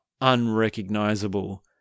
unrecognizable